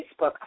Facebook